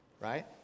Right